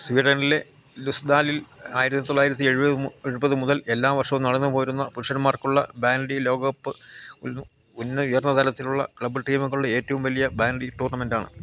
സ്വീഡനിലെ ലുസ്ദാലിൽ ആയിരത്തി തൊള്ളായിരത്തി എൺപത് എഴുപത് മുതൽ എല്ലാ വർഷവും നടന്നു പോരുന്ന പുരുഷന്മാർക്കുള്ള ബാൻഡി ലോകകപ്പ് ഉന്ന ഉയർന്ന തലത്തിലുള്ള ക്ലബ് ടീമുകളുടെ ഏറ്റവും വലിയ ബാൻഡി ടൂർണമെൻ്റ് ആണ്